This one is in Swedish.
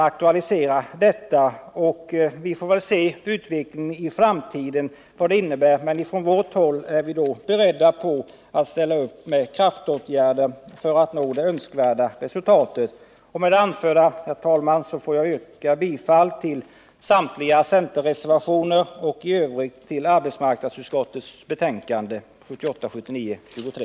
Vi får väl se hur utvecklingen blir. Från vårt håll är vi beredda att ställa oss bakom kraftåtgärder för att nå önskvärt resultat. Med det anförda, herr talman, ber jag att få yrka bifall till samtliga centerreservationer och i övrigt bifall till arbetsmarknadsutskottets betänkande 1978/79:23.